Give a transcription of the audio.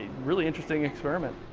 really interesting experiment.